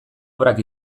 obrak